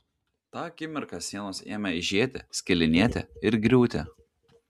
tą akimirką sienos ėmė aižėti skilinėti ir griūti